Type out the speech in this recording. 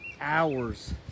hours